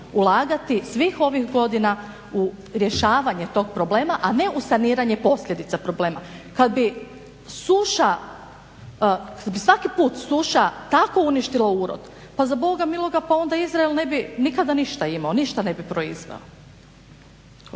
ulagati svih ovih godina u rješavanje tog problema, a ne u saniranje posljedica problema. Kada bi suša kada bi svaki put suša tako uništila urod pa za Boga miloga onda Izrael ne bi nikada ništa imao, ništa ne bi proizveo.